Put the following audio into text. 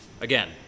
Again